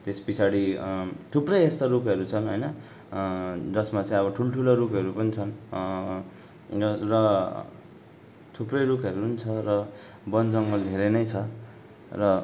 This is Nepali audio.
त्यस पछाडि थुप्रै यस्ता रुखहरू छन् होइन जसमा चाहिँ अब ठुल्ठुलो रुखहरू पनि छन् तिनीहरू र थुप्रै रुखहरू पनि छ र वनजङ्गल धेरै नै छ र